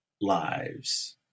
lives